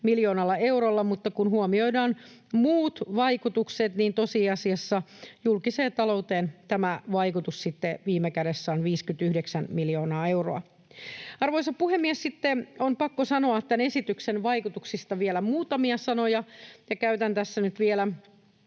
miljoonalla eurolla, mutta kun huomioidaan muut vaikutukset, niin tosiasiassa julkiseen talouteen tämä vaikutus sitten viime kädessä on 59 miljoonaa euroa. Arvoisa puhemies! Sitten on pakko sanoa tämän esityksen vaikutuksista vielä muutamia sanoja, ja käytän tässä nyt vielä